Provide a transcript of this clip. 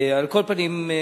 על כל פנים,